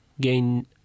gain